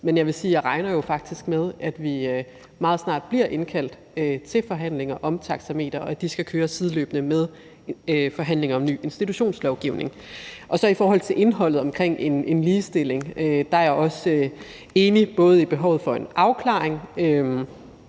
Men jeg vil sige, at jeg jo faktisk regner med, at vi meget snart bliver indkaldt til forhandlinger om taxametersystemerne, og at de skal køre sideløbende med forhandlingerne om en ny institutionslovgivning. Hvad angår indholdet vedrørende ligestilling, så er jeg også enig i behovet for en afklaring.